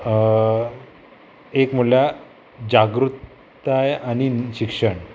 एक म्हळ्यार जागृताय आनी शिक्षण